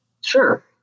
Sure